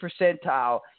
percentile